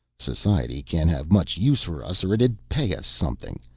society can't have much use for us or it'd pay us something,